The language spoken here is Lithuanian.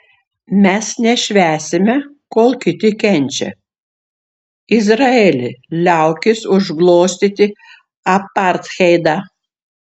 mes nešvęsime kol kiti kenčia izraeli liaukis užglostyti apartheidą